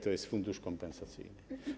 To jest fundusz kompensacyjny.